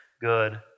good